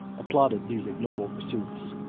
applauded these ignoble pursuits.